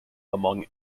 among